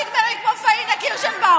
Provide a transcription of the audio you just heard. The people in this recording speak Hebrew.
שלא תגמרי כמו פאינה קירשנבאום.